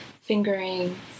fingering